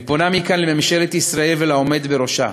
"אני פונה מכאן לממשלת ישראל ולעומד בראשה.